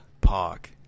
park